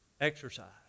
exercise